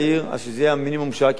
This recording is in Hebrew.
אז שזה יהיה המינימום שרק אפשר.